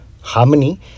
harmony